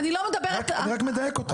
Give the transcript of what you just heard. אני רק מדייק אותך.